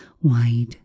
wide